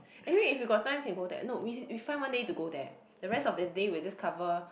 anyway if we got time can go there no we we find one day to go there the rest of the day we just cover